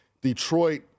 Detroit